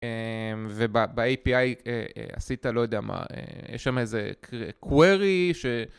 וב-api עשית לא יודע מה, יש שם איזה query ש...